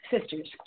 sisters